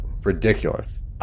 ridiculous